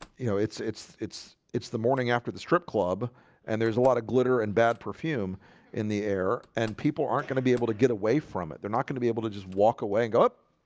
you know it's it's it's it's the morning after the strip club and there's a lot of glitter and bad perfume in the air and people aren't gonna be able to get away from it they're not gonna be able to just walk away and go up